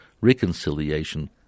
reconciliation